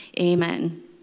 Amen